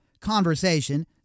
conversation